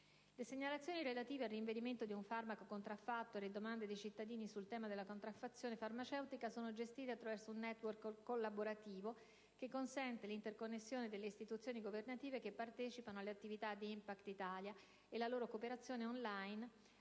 Le segnalazioni relative al rinvenimento di un farmaco contraffatto e le domande dei cittadini sul tema della contraffazione farmaceutica sono gestite attraverso un *network* collaborativo che consente l'interconnessione delle istituzioni governative che partecipano alle attività di Impact Italia e la loro cooperazione *on line*